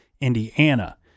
Indiana